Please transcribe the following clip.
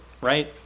right